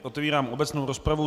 Otevírám obecnou rozpravu.